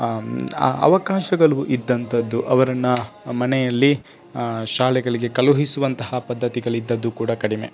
ಅವಕಾಶಗಳು ಇದ್ದಂಥದ್ದು ಅವರನ್ನು ಮನೆಯಲ್ಲಿ ಶಾಲೆಗಳಿಗೆ ಕಳುಹಿಸುವಂತಹ ಪದ್ಧತಿಗಳಿದ್ದದ್ದೂ ಕೂಡ ಕಡಿಮೆ